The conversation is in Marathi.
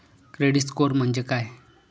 क्रेडिट स्कोअर म्हणजे काय?